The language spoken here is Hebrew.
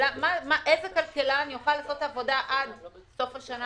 איזה כלכלן יוכל לעשות עבודה עד סוף השנה,